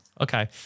okay